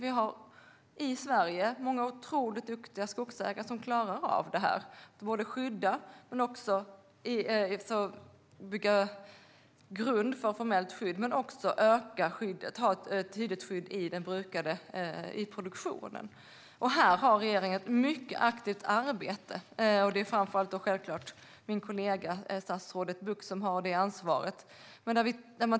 Vi har i Sverige många otroligt duktiga skogsägare som klarar av det här - att bygga grund för formellt skydd, öka skyddet och ha ett tydligt skydd i produktionen. Regeringen har ett mycket aktivt arbete med det här, och det är framför allt min kollega statsrådet Bucht som har ansvaret för det.